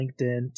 LinkedIn